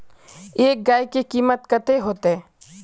एक गाय के कीमत कते होते?